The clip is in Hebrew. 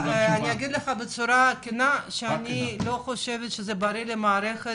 אני אומר בצורה כנה שאני חושבת שזה לא בריא למערכת